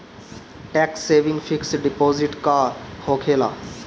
Tax saving fix deposit का होखे ला?